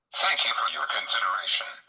thank you for your consideration.